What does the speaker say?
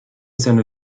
seiner